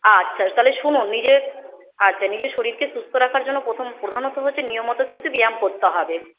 আচ্ছা তাহলে শুনুন নিজের আচ্ছা নিজের শরীরকে সুস্থ রাখার জন্য প্রথম প্রধানত হচ্ছে নিয়মমতো কিন্তু ব্যায়াম করতে হবে